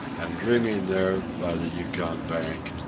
and dreaming there by the yukon bank,